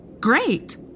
great